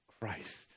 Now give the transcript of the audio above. Christ